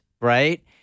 right